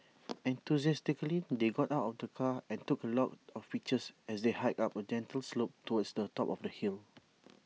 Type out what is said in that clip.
enthusiastically they got out of the car and took A lot of pictures as they hiked up A gentle slope towards the top of the hill